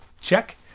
check